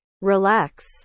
relax